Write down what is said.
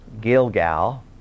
Gilgal